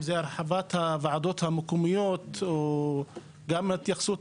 אם זה הרחבת הוועדות המקומיות או גם התייחסות